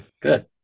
good